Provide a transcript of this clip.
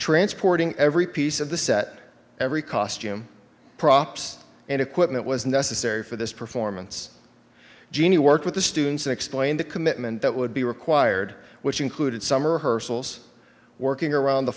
transporting every piece of the set every costume props and equipment was necessary for this performance genie work with the students and explain the commitment that would be required which included summer hershel's working around the